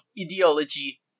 ideology